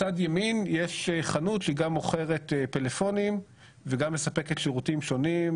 מצד ימין ישנה חנות שגם מוכרת פלאפונים וגם מספקת שירותים שונים,